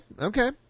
Okay